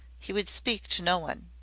he would speak to no one.